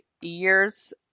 years